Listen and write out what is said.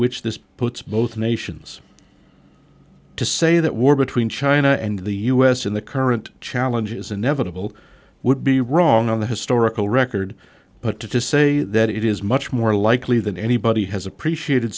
which this puts both nations to say that war between china and the us in the current challenges inevitable would be wrong on the historical record but to say that it is much more likely than anybody has appreciated